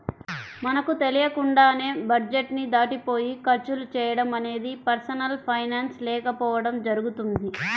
మనకు తెలియకుండానే బడ్జెట్ ని దాటిపోయి ఖర్చులు చేయడం అనేది పర్సనల్ ఫైనాన్స్ లేకపోవడం జరుగుతుంది